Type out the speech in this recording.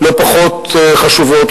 לא פחות חשובות,